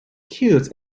cute